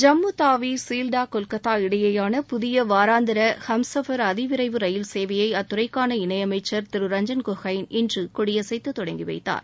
ஜம்மு தாவி சீல்டா கொல்கத்தா இடையேயான புதிய வாராந்திர ஹம்சபர் அதிவிரைவு ரயில் சேவையை அத்துறைக்கான இணை அமைச்சர் திரு ரஞ்சன் கோகோய் இன்று கொடியசைத்து தொடங்கி வைத்தார்